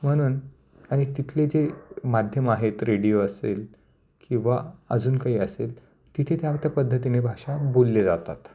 म्हणून आणि तिथले जे माध्यमं आहेत रेडिओ असेल किंवा अजून काही असेल तिथे त्या त्या पद्धतीने भाषा बोलले जातात